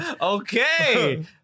Okay